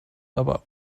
aber